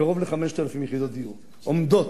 קרוב ל-5,000 יחידות דיור עומדות,